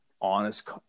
honest